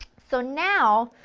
so now,